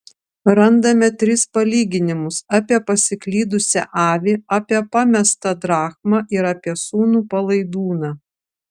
randame tris palyginimus apie pasiklydusią avį apie pamestą drachmą ir apie sūnų palaidūną